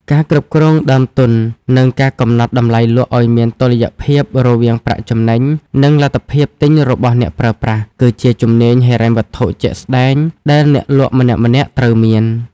ការគ្រប់គ្រងដើមទុន និងការកំណត់តម្លៃលក់ឱ្យមានតុល្យភាពរវាងប្រាក់ចំណេញ និងលទ្ធភាពទិញរបស់អ្នកប្រើប្រាស់ គឺជាជំនាញហិរញ្ញវត្ថុជាក់ស្ដែងដែលអ្នកលក់ម្នាក់ៗត្រូវមាន។